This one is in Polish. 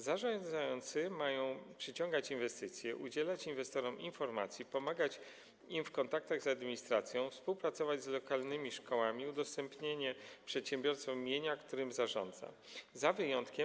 Zarządzający mają przyciągać inwestycje, udzielać inwestorom informacji, pomagać im w kontaktach z administracją, współpracować z lokalnymi szkołami, udostępniać przedsiębiorcom mienie, którym zarządzają.